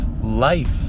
life